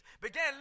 began